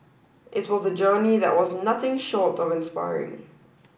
it was a journey that was nothing short of inspiring